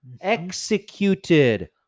executed